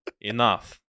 Enough